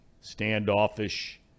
standoffish